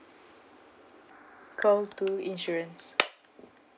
call two insurance